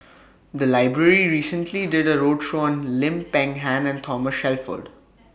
The Library recently did A roadshow on Lim Peng Han and Thomas Shelford